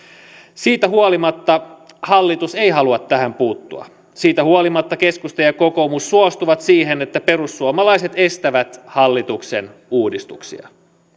siitä huolimatta hallitus ei halua tähän puuttua siitä huolimatta keskusta ja ja kokoomus suostuvat siihen että perussuomalaiset estävät hallituksen uudistuksia